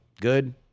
good